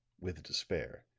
with despair,